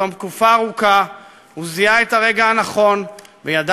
בתום תקופה ארוכה הוא זיהה את הרגע הנכון וידע